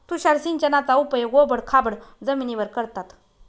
तुषार सिंचनाचा उपयोग ओबड खाबड जमिनीवर करतात